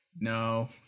No